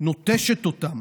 נוטשת אותם,